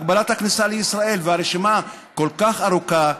הגבלת הכניסה לישראל והרשימה כל כך ארוכה,